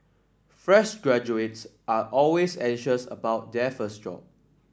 fresh graduates are always anxious about their first job